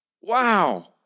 Wow